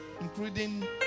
including